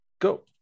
Go